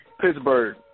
Pittsburgh